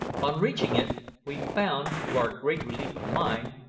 on reaching it we found, to our great relief of mind,